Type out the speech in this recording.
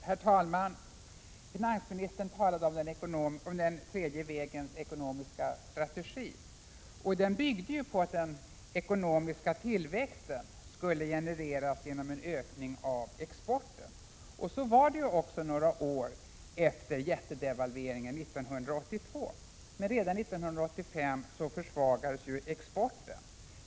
Herr talman! Finansministern talade om den tredje vägens ekonomiska strategi. Den byggde ju på att den ekonomiska tillväxten skulle genereras genom en ökning av exporten. Så var det också några år efter den jättestora devalveringen 1982. Men redan 1985 försvagades exporten.